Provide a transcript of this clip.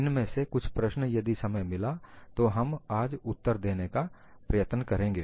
उनमें से कुछ प्रश्न यदि समय मिला तो हम आज उत्तर देने का प्रयत्न करेंगे